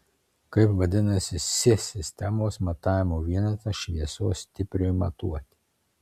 kaip vadinamas si sistemos matavimo vienetas šviesos stipriui matuoti